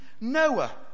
Noah